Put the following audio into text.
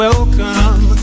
Welcome